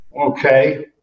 Okay